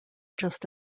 just